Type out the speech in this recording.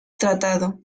tratado